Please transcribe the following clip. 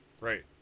Right